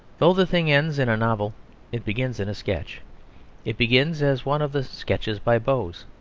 though the thing ends in a novel it begins in a sketch it begins as one of the sketches by boz.